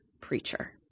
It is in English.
preacher